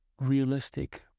realistic